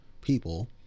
people